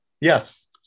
yes